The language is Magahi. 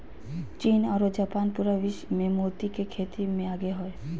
चीन आरो जापान पूरा विश्व मे मोती के खेती मे आगे हय